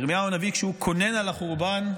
ירמיהו הנביא, כשהוא קונן על החורבן,